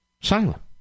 silent